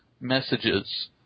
messages